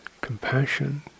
compassion